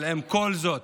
עם כל זאת,